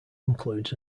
includes